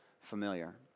familiar